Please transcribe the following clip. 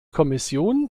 kommission